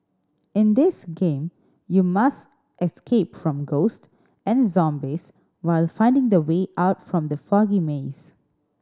in this game you must escape from ghost and zombies while finding the way out from the foggy maze